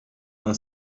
non